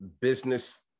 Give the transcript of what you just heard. business